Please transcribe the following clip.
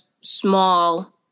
small –